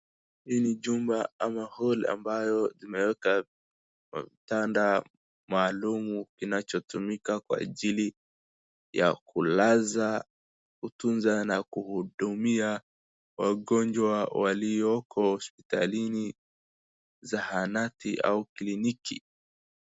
Hii ni jumba ama hall ambayo imeekwa vitanda maalum kinachotumika kwa ajili ya kulaza kutunza na kuhudumia wagonjwa walioko hospitalini, zahanati au kliniki.